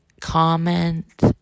comment